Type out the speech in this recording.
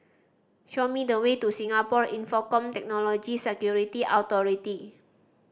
show me the way to Singapore Infocomm Technology Security Authority